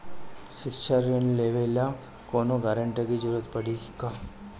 शिक्षा ऋण लेवेला कौनों गारंटर के जरुरत पड़ी का?